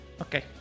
Okay